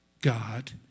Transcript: God